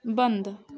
बंद